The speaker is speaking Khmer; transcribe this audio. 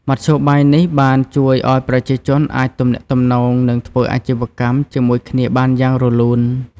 មធ្យោបាយនេះបានជួយឱ្យប្រជាជនអាចទំនាក់ទំនងនិងធ្វើអាជីវកម្មជាមួយគ្នាបានយ៉ាងរលូន។